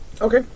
Okay